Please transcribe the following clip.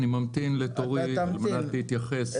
אני ממתין לתורי על מנת להתייחס.